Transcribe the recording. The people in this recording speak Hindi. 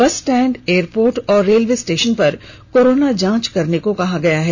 बस स्टैंड एयरपोर्ट और रेलवे स्टेशन पर कोरोना जांच करने को कहा है